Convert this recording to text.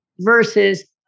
versus